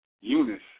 Eunice